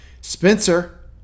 spencer